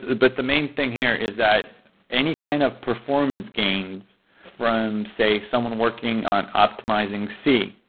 but the main thing here is that any kind of performance gains from, say, someone working on optimizing c,